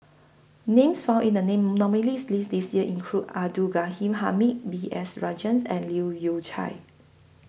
Names found in The nominees' list This Year include Abdul Ghani Hamid B S Rajhans and Leu Yew Chye